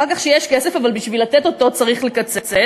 אחר כך שיש כסף אבל בשביל לתת אותו צריך לקצץ.